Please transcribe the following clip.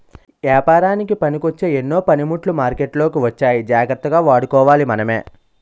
ఏపారానికి పనికొచ్చే ఎన్నో పనిముట్లు మార్కెట్లోకి వచ్చాయి జాగ్రత్తగా వాడుకోవాలి మనమే